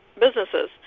businesses